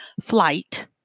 flight